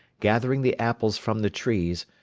gathering the apples from the trees,